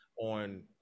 on